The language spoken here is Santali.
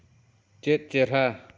ᱪᱮᱫ ᱪᱮᱨᱦᱟ